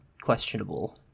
questionable